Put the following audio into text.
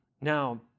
Now